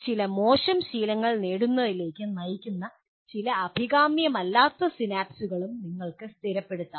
ചില മോശം ശീലങ്ങൾ നേടുന്നതിലേക്ക് നയിക്കുന്ന ചില അഭികാമ്യമല്ലാത്ത സിനാപ്സുകളും നിങ്ങൾക്ക് സ്ഥിരപ്പെടുത്താം